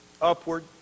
upward